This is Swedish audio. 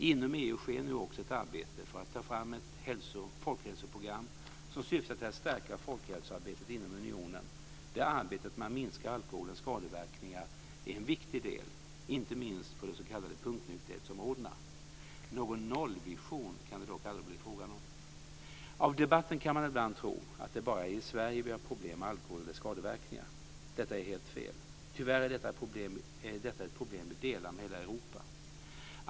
Inom EU sker nu också ett arbete för att ta fram ett folkhälsoprogram som syftar till att stärka folkhälsoarbetet inom unionen där arbetet med att minska alkoholens skadeverkningar är en viktig del, inte minst på de s.k. punktnykterhetsområdena. Någon nollvision kan det dock aldrig bli fråga om. Av debatten kan man ibland tro att det bara är vi i Sverige som har problem med alkohol och dess skadeverkningar. Detta är helt fel. Tyvärr är detta ett problem som vi delar med hela Europa.